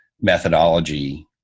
methodology